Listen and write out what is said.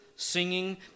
Singing